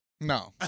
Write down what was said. No